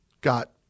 got